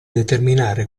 determinare